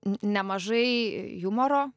n nemažai jumoro